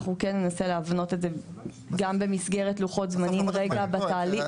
אנחנו ננסה לבנות את זה גם במסגרת לוחות הזמנים בתהליך,